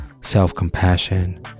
self-compassion